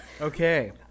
Okay